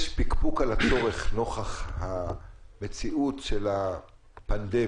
יש פקפוק על הצורך נוכח המציאות של הפנדמיה,